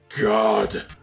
God